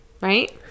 right